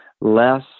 less